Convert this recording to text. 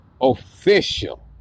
official